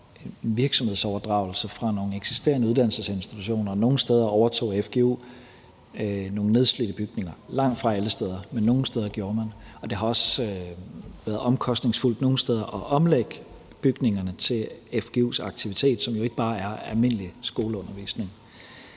virksomhedsoverdragelse fra nogle eksisterende uddannelsesinstitutioner, og nogle steder overtog fgu nogle nedslidte bygninger. Langt fra alle steder, men nogle steder gjorde man. Det har også været omkostningsfuldt nogle steder at omlægge bygningerne til fgu's aktivitet, som jo ikke bare er almindelig skoleundervisning.